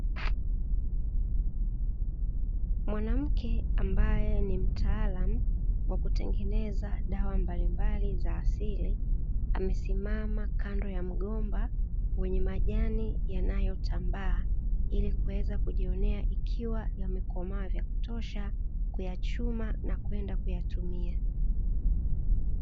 Mwanamke ambae ni mtaalam wa kutengeneza dawa mbalimbali za asili amesisima kando ya mgomba, wenye majani yanayotambaa ilikuweza kujionea ikiwa yamekomaa vya kutosha kuyachuma na kwenda kuyatumia.